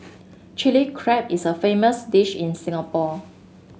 Chilli Crab is a famous dish in Singapore